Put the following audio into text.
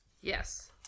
Yes